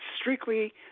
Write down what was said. strictly